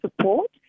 support